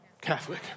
Catholic